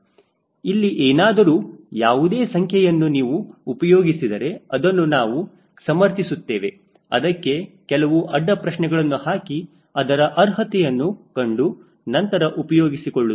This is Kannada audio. ಇಲ್ಲಿ ಏನಾದರೂ ಯಾವುದೇ ಸಂಖ್ಯೆಯನ್ನು ನಾವು ಉಪಯೋಗಿಸಿದರೆ ಅದನ್ನು ನಾವು ಸಮರ್ಥಿಸುತ್ತವೆ ಅದಕ್ಕೆ ಕೆಲವು ಅಡ್ಡ ಪ್ರಶ್ನೆಗಳನ್ನು ಹಾಕಿ ಅದರ ಅರ್ಹತೆಯನ್ನು ಕಂಡು ನಂತರ ಉಪಯೋಗಿಸಿಕೊಳ್ಳುತ್ತೇವೆ